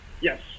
Yes